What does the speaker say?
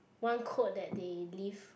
one quote that they live